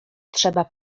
trzeba